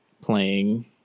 playing